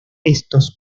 estos